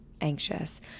anxious